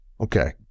Okay